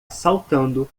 saltando